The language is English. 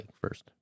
first